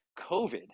COVID